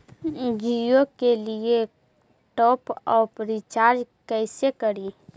जियो के लिए top up recharge कैसे करी?